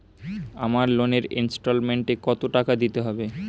আমার লোনের ইনস্টলমেন্টৈ কত টাকা দিতে হবে?